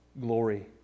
glory